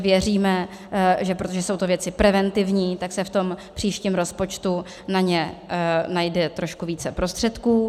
Věříme, protože jsou to věci preventivní, že se v tom příštím rozpočtu na ně najde trošku více prostředků.